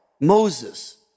Moses